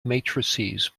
matrices